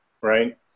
Right